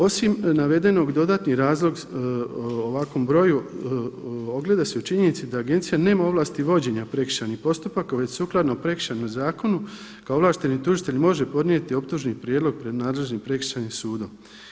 Osim navedenog dodatni razlog ovakvom broju ogleda se u činjenici da agencija nema ovlasti vođenja prekršajnih postupaka, već sukladno prekršajnom zakonu kao ovlašteni tužitelj može podnijeti optužni prijedlog pred nadležnim prekršajnim sudom.